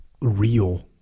real